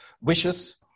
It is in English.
wishes